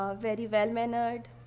ah very well-mannered,